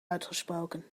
uitgesproken